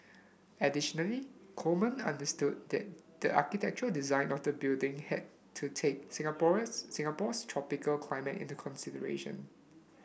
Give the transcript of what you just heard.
additionally Coleman understood that the architectural design of the building had to take Singaporeans Singapore's tropical climate into consideration